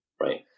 right